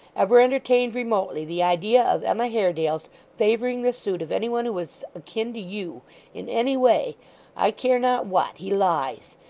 ever entertained remotely the idea of emma haredale's favouring the suit of any one who was akin to you in any way i care not what he lies.